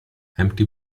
empty